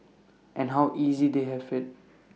and how easy they have IT